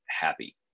happy